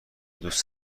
دوست